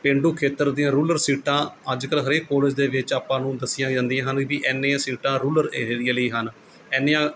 ਪੇਂਡੂ ਖੇਤਰ ਦੀਆਂ ਰੂਲਰ ਸੀਟਾਂ ਅੱਜ ਕੱਲ੍ਹ ਹਰੇਕ ਕੋਲਜ ਦੇ ਵਿੱਚ ਆਪਾਂ ਨੂੰ ਦੱਸੀਆਂ ਜਾਂਦੀਆਂ ਹਨ ਵੀ ਇੰਨੀਆਂ ਸੀਟਾਂ ਰੂਲਰ ਏਰੀਏ ਲਈ ਹਨ ਇੰਨੀਆਂ